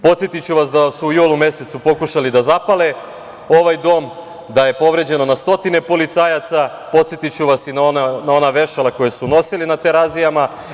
Podsetiću vas da su u julu mesecu pokušali da zapale ovaj dom, da je povređene na stotine policajaca, podsetiću vas i na ona vešala koja su nosili na Terazijama.